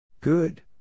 Good